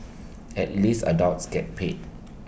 at least adults get paid